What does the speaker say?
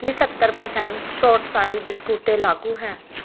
ਕੀ ਸੱਤਰ ਪਰਸੈਂਟ ਛੋਟ ਸਾਰੀ ਬਿਸਕੁਟ 'ਤੇ ਲਾਗੂ ਹੈ